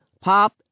Pop